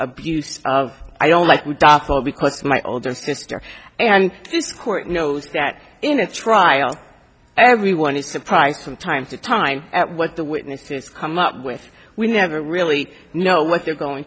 abuse of i don't like dark well because my older sister and this court knows that in a trial everyone is surprised from time to time at what the witnesses come up with we never really know what they're going